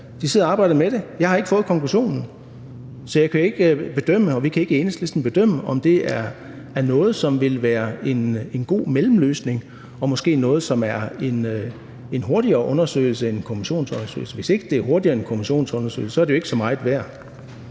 de sidder og arbejder med det. Jeg har ikke fået konklusionen, så vi kan ikke i Enhedslisten bedømme, om det er noget, som vil være en god mellemløsning, og måske noget, som er en hurtigere undersøgelse end en kommissionsundersøgelse. Hvis ikke det er hurtigere end en kommissionsundersøgelse, er det jo ikke så meget værd.